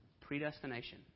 predestination